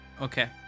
Okay